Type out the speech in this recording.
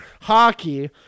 hockey